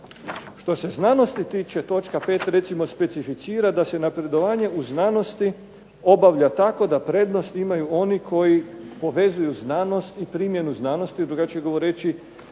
Što se znanosti tiče, točka 5 recimo specificira da se napredovanje u znanosti obavlja tako da prednost imaju oni koji povezuju znanost i primjenu znanosti, drugačije govoreći